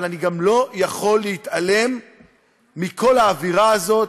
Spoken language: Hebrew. אבל אני גם לא יכול להתעלם מכל האווירה הזאת,